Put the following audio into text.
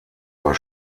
war